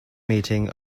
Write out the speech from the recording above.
meeting